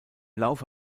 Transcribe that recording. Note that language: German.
laufe